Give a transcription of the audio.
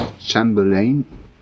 Chamberlain